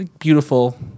beautiful